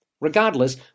Regardless